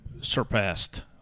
surpassed